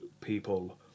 people